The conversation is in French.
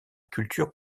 culture